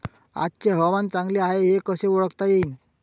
आजचे हवामान चांगले हाये हे कसे ओळखता येईन?